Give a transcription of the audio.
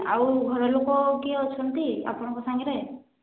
ଆଉ ଘର ଲୋକ କିଏ ଅଛନ୍ତି ଆପଣଙ୍କ ସାଙ୍ଗରେ